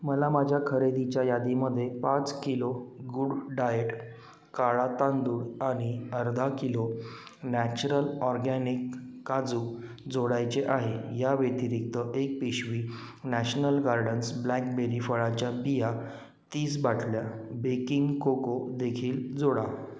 मला माझ्या खरेदीच्या यादीमध्ये पाच किलो गुड डाएट काळा तांदूळ आणि अर्धा किलो नॅचरल ऑरगॅनिक काजू जोडायचे आहे याव्यतिरिक्त एक पिशवी नॅशनल गार्डन्स ब्लॅकबेरी फळाच्या बिया तीस बाटल्या बेकिंग कोकोदेखील जोडा